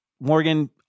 Morgan